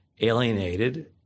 alienated